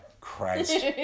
Christ